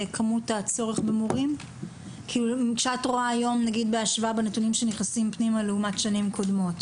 בצורך במורים בהשוואה לשנים קודמות?